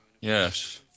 Yes